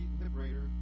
liberator